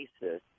basis